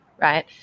right